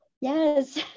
Yes